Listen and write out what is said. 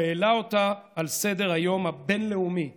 הוא העלה אותה על סדר-היום הבין-לאומי באומץ,